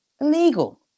illegal